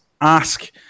ask